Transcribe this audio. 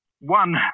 One